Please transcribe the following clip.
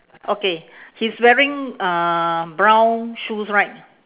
okay he's wearing uh brown shoes right